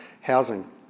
housing